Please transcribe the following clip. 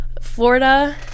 Florida